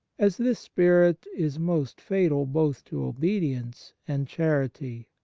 as this spirit is most fatal both to obedience and charity.